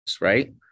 right